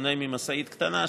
בשונה ממשאית קטנה,